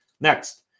Next